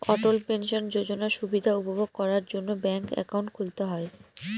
অটল pension যোজনার সুবিধা উপভোগ করার জন্য ব্যাঙ্ক একাউন্ট খুলতে হয়